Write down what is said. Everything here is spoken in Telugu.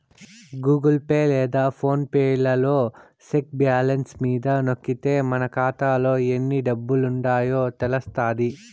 గూగుల్ పే లేదా ఫోన్ పే లలో సెక్ బ్యాలెన్స్ మీద నొక్కితే మన కాతాలో ఎన్ని డబ్బులుండాయో తెలస్తాది